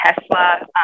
Tesla